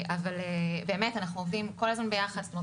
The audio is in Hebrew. אנחנו עובדים ביחד גם